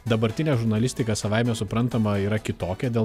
dabartinė žurnalistika savaime suprantama yra kitokia del